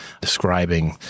describing